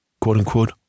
quote-unquote